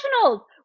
professionals